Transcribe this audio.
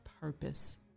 purpose